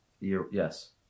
Yes